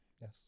Yes